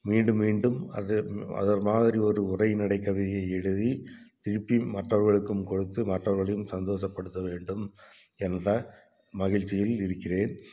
மீண்டும் மீண்டும் அது அதுமாதிரி ஒரு உரைநடைக் கவிதை எழுதி திருப்பி மற்றவர்களுக்கும் கொடுத்து மற்றவர்களையும் சந்தோஷப்படுத்த வேண்டும் என்ற மகிழ்ச்சியில் இருக்கின்றேன்